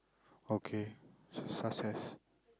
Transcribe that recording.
okay s~ success